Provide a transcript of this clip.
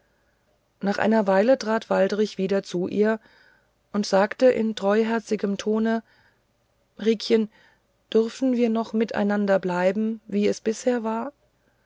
nach einer weile trat waldrich wieder zu ihr und sagte in treuherzigem tone riekchen dürfen wir noch miteinander bleiben wie es bisher war